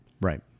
Right